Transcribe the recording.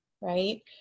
right